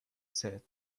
said